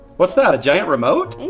what's that? a giant remote? and